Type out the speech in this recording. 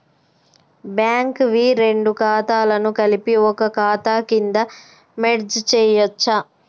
Bank వి రెండు ఖాతాలను కలిపి ఒక ఖాతా కింద మెర్జ్ చేయచ్చా?